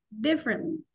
differently